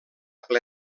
ple